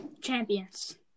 champions